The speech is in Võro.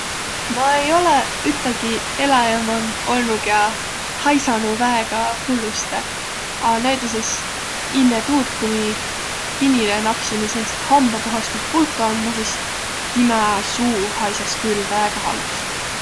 Ma ei olõq ütegi eläjä man olnuq, kiä haisanuq väega hullustõ. A näütüses inne tuud, ku mi pinile naksimiq sääntsit hambapuhastuspulkõ andma, sis timä suu haisas' külh väega halvastõ.